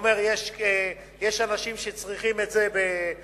אומר: יש אנשים שצריכים את זה בתל-אביב,